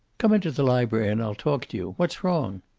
come into the library and i'll talk to you. what's wrong?